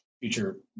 future